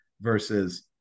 versus